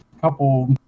couple